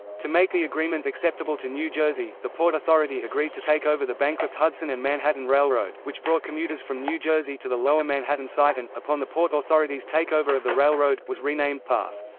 to make the agreement acceptable to new jersey, the port authority agreed to take over the bankrupt hudson and manhattan railroad, which brought commuters from new jersey to the lower manhattan site and, upon the port authority's takeover of the railroad, was renamed path.